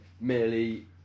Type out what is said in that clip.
merely